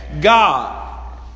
God